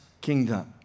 kingdom